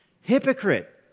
Hypocrite